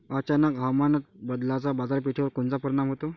अचानक हवामान बदलाचा बाजारपेठेवर कोनचा परिणाम होतो?